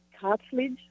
cartilage